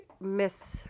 miss